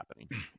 happening